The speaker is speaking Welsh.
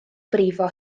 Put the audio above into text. brifo